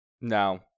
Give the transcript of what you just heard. No